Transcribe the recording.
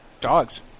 dogs